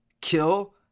kill